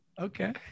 Okay